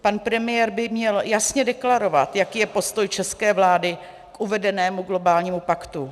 Pan premiér by měl jasně deklarovat, jaký je postoj české vlády k uvedenému globálnímu paktu.